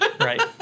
right